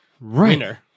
winner